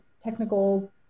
technical